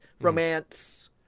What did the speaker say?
romance